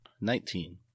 Nineteen